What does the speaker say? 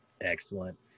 Excellent